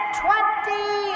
twenty